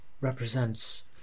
represents